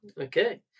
Okay